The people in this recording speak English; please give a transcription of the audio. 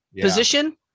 position